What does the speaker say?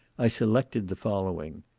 i selected the following.